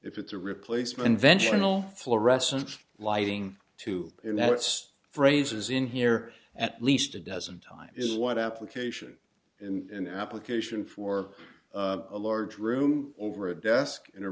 if it's a replacement vention will fluorescent lighting too and that's phrases in here at least a dozen times is what application and application for a large room over a desk in a